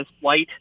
white